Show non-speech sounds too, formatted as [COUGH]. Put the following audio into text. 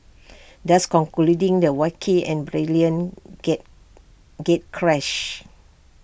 [NOISE] thus concluding the wacky and brilliant gate gatecrash